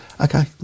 Okay